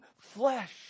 flesh